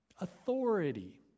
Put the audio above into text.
Authority